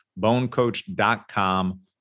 bonecoach.com